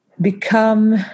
become